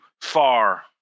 far